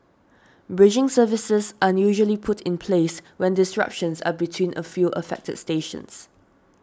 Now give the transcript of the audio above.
bridging services are usually put in place when disruptions are between a few affected stations